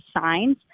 signs